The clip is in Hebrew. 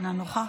אינה נוכחת,